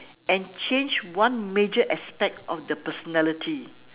and change one major aspect of their personality